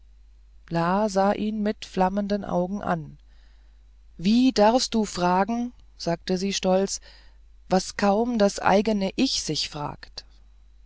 sah ihn mit flammenden augen an wie darfst du fragen sagte sie stolz was kaum das eigene ich sich fragt